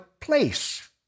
place